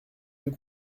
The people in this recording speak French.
deux